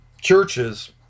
churches